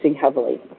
heavily